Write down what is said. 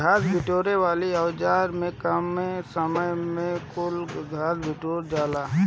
घास बिटोरे वाली औज़ार से कमे समय में कुल घास बिटूरा जाला